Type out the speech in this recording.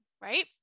right